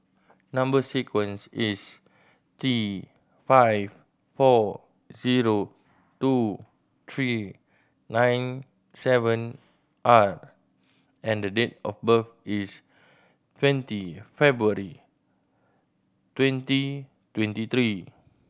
number sequence is T five four zero two three nine seven R and date of birth is twenty February twenty twenty three